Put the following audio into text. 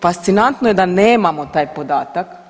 Fascinantno je da nemamo taj podatak.